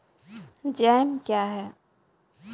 Jam क्या हैं?